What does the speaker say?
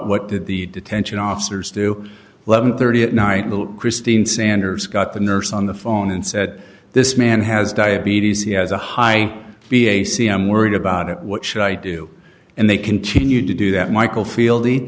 what did the detention officers do levon thirty at night little christine sanders got the nurse on the phone and said this man has diabetes he has a high b a c i'm worried about it what should i do and they continued to do that michael field